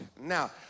Now